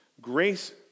Grace